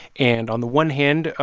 and on the one hand, ah